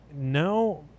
no